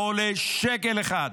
זה לא עולה שקל אחד.